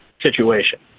situation